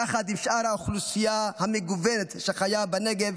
יחד עם שאר האוכלוסייה המגוונת שחיה בנגב,